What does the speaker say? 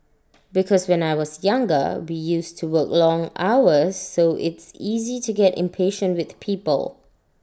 because when I was younger we used to work long hours so it's easy to get impatient with people